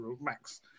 Max